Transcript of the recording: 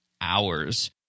hours